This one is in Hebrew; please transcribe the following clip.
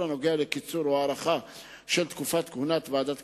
הקשור לקיצור או הארכה של תקופת כהונת ועדה קרואה,